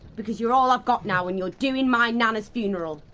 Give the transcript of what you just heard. because you're all i've got now, and you're doing my nana's funeral.